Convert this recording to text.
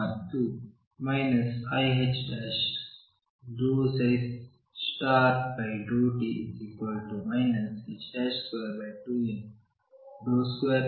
ಮತ್ತು iℏ∂t 22m2x2Vx